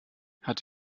hat